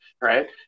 Right